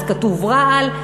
אז כתוב "רעל",